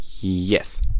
Yes